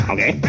Okay